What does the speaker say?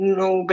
no